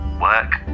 work